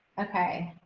okay.